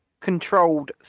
controlled